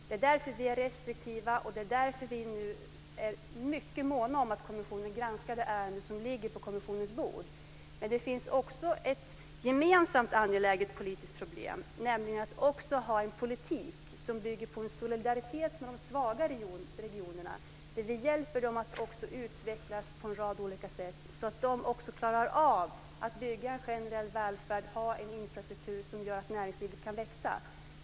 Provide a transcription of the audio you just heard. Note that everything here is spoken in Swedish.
Det är därför vi är restriktiva och nu mycket måna om att kommissionen granskar det ärende som ligger på dess bord. Det finns också ett gemensamt angeläget politiskt problem, nämligen viljan att föra en politik som dessutom bygger på solidaritet med de svaga regionerna - vi hjälper dem att utvecklas på en rad olika sätt så att de klarar av att bygga en generell välfärd och ha en infrastruktur som gör att näringslivet kan växa.